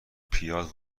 پیاز